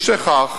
משכך,